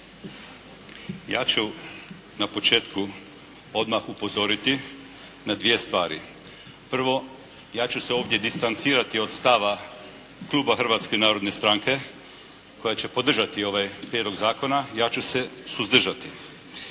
Ja ću na početku odmah upozoriti na dvije stvari. Prvo, ja ću se ovdje distancirati od stava kluba Hrvatske narodne stranke koja će podržati ovaj prijedlog zakona. Ja ću se suzdržati